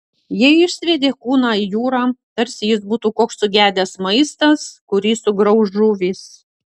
jie išsviedė kūną į jūrą tarsi jis būtų koks sugedęs maistas kurį sugrauš žuvys